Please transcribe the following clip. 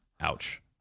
Ouch